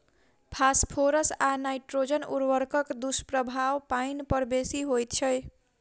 phosphorus आ nitrogen उर्वरकक दुष्प्रभाव पाइन पर बेसी होइत छै